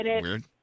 weird